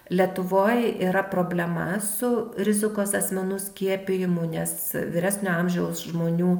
lietuvoj yra problema su rizikos asmenų skiepijimu nes vyresnio amžiaus žmonių